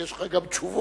כי יש לך גם תשובות.